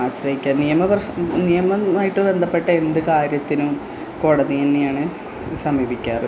ആശ്രയിക്കുക നിയമവുമായിട്ട് ബന്ധപ്പെട്ട എന്ത് കാര്യത്തിനും കോടതിയെ തന്നെയാണ് സമീപിക്കാറ്